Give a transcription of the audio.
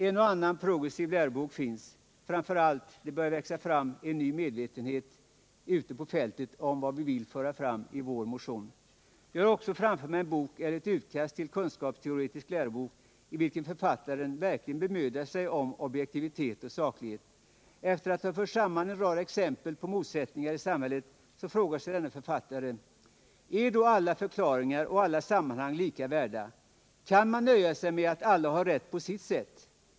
En och annan progressiv lärobok finns, och, framför allt: det börjar växa fram en ny medvetenhet ute på fältet om vad vi vill föra fram i vår motion. Jag har också framför mig en bok, eller ett utkast till en kunskapsteoretisk lärobok, i vilken författaren verkligen bemödar sig om objektivitet och saklighet. Efter att ha fört samman en rad exempel på motsättningar i samhället frågar sig denne författare: ” Är då alla förklaringar och alla sammanhang lika värda? Kan man nöja sig med att alla har rätt på sitt sätt?